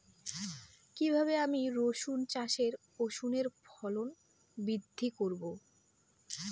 কীভাবে আমি রসুন চাষে রসুনের ফলন বৃদ্ধি করব?